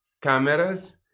cameras